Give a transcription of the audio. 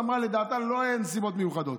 אמרה שלדעתה לא היו נסיבות מיוחדות.